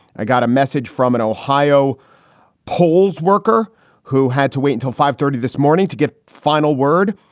i got a message from an ohio polls worker who had to wait until five thirty this morning to get final word.